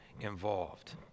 involved